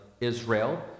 Israel